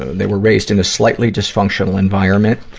they were raised in a slightly-dysfunctional environment.